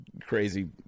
crazy